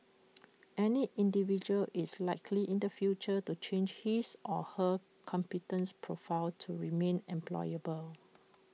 any individual is likely in the future to change his or her competence profile to remain employable